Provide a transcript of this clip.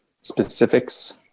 specifics